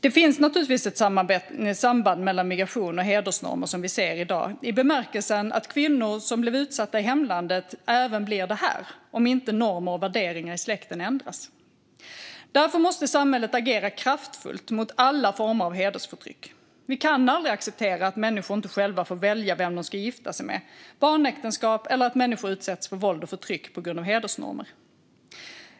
Det finns naturligtvis ett samband mellan migration och de hedersnormer vi ser i dag i den bemärkelsen att kvinnor som blev utsatta i hemlandet även blir det här, om inte normer och värderingar i släkten ändras. Därför måste samhället agera kraftfullt mot alla former av hedersförtryck. Vi kan aldrig acceptera att människor inte själva får välja vem de ska gifta sig med, barnäktenskap eller att människor utsätts för våld och förtryck på grund av hedersnormer.